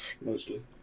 Mostly